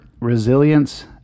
Resilience